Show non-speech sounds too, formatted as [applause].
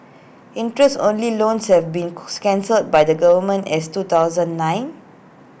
interest only loans have been [unintelligible] cancelled by the government as two thousand nine